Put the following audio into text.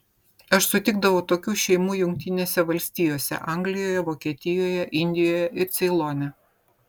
aš sutikdavau tokių šeimų jungtinėse valstijose anglijoje vokietijoje indijoje ir ceilone